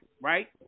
right